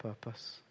purpose